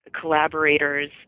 collaborators